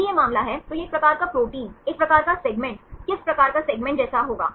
यदि यह मामला है तो यह एक प्रकार का प्रोटीन एक प्रकार का सेगमेंट किस प्रकार का सेगमेंट जैसा होगा